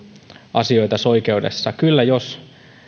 asioitasi oikeudessa jos